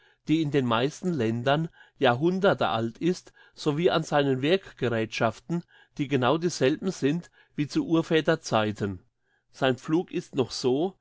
die in den meisten ländern jahrhunderte alt ist sowie an seinen werkgeräthschaften die genau dieselben sind wie zu urväterzeiten sein pflug ist noch so